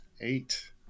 eight